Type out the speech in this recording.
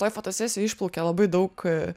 toj fotosesijoj išplaukė labai daug